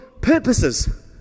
purposes